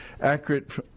accurate